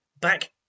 back